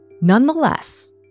Nonetheless